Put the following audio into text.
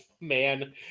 man